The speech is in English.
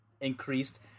increased